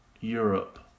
Europe